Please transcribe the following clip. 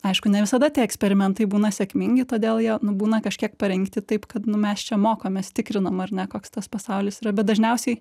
aišku ne visada tie eksperimentai būna sėkmingi todėl jie būna kažkiek parengti taip kad nu mes čia mokomės tikrinam ar ne koks tas pasaulis yra bet dažniausiai